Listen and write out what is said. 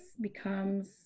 becomes